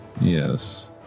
Yes